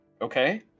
okay